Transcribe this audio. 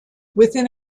within